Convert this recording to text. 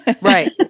Right